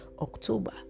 October